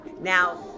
Now